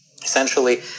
Essentially